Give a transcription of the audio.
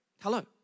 Hello